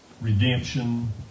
redemption